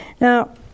Now